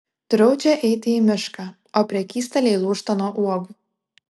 draudžia eiti į mišką o prekystaliai lūžta nuo uogų